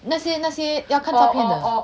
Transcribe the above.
那些那些要看照片的